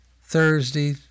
Thursday